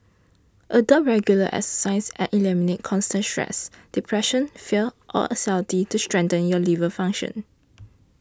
adopt regular exercise and eliminate constant stress depression fear or anxiety to strengthen your liver function